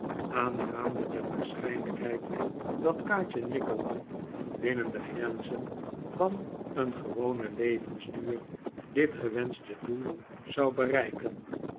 aangaande de waarschijnlijkheid dat kaatje nickleby binnen de grenzen van een gewonen levensduur dit gewenschte doel zou bereiken